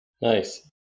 Nice